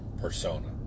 persona